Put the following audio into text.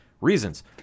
reasons